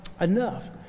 Enough